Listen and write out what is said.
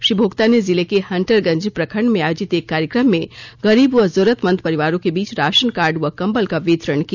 श्री भोगता ने जिले के हंटरगंज प्रखंड में आयोजित एक कार्यक्रम में गरीब व जरूरतमंद परिवारों के बीच राशन कार्ड व कंबल का वितरण किया